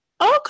okay